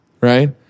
right